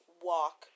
walk